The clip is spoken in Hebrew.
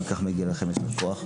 ועל כך מגיע לכם יישר כוח.